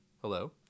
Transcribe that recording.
Hello